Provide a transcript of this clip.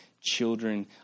children